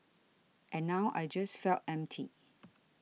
and now I just felt empty